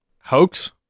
Hoax